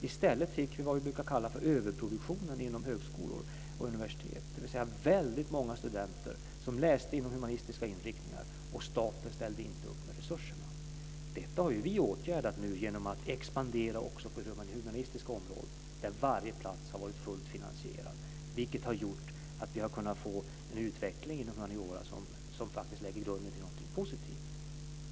I stället fick vi vad vi brukar kalla överproduktionen inom högskolor och universitet, dvs. väldigt många studenter som läste inom humanistiska inriktningar och staten ställde inte upp med resurserna. Detta har vi åtgärdat nu genom att expandera också på det humanistiska området, där varje plats har varit fullt finansierad, vilket har gjort att vi har kunnat få en utveckling inom humaniora som lägger grunden till någonting positivt.